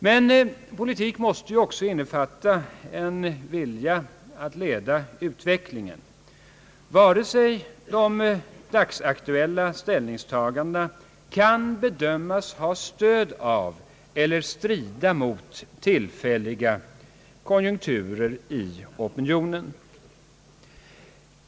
Men politik måste ju också innefatta en vilja att leda utvecklingen. Vare sig de dagsaktuella ställningstagandena kan bedömas ha stöd av eller strida mot tillfälliga konjunkturer i opinionen.